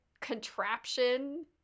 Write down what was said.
contraption